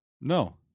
No